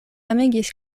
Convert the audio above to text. amegis